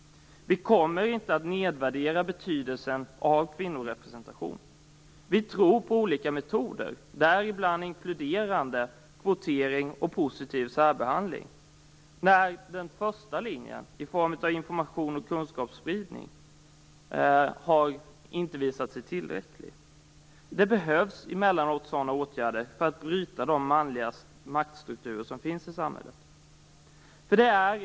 Vi kommer inte att nedvärdera betydelsen av kvinnorepresentation. Vi tror på olika metoder, däribland inkluderande kvotering och positiv särbehandling. Den första linjen i form av information och kunskapsspridning har visat sig otillräcklig. Det behövs emellanåt sådana åtgärder för att bryta de manliga maktstrukturer som finns i samhället.